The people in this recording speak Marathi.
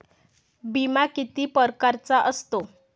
बिमा किती परकारचा असतो?